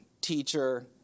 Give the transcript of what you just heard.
Teacher